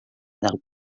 del